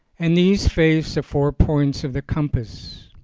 and these face the four points of the compass.